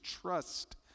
trust